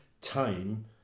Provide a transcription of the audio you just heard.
time